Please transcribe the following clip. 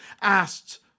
asked